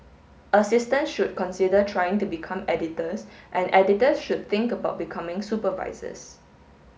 assistants should consider trying to become editors and editors should think about becoming supervisors